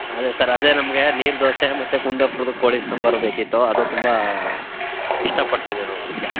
ಅದೇ ಸರ್ ಅದೇ ನಮಗೆ ನೀರು ದೋಸೆ ಮತ್ತು ಕುಂದಾಪುರದ ಕೋಳಿ ಸಾಂಬಾರು ಬೇಕಿತ್ತು ಅದು ತುಂಬ ಇಷ್ಟ ಪಡ್ತಿದ್ದೇವೆ ನಾವು ಅದಕ್ಕೆ